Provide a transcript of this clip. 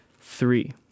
three